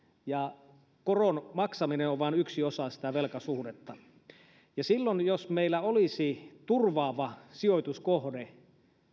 ja koron maksaminen on vain yksi osa sitä velkasuhdetta silloin jos meillä olisi turvaava sijoituskohde